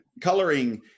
Coloring